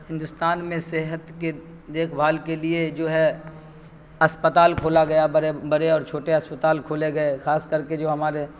ہندوستان میں صحت کے دیکھ بھال کے لیے جو ہے اسپتال کھولا گیا بڑے بڑے اور چھوٹے اسپتال کھولے گئے خاص کر کے جو ہمارے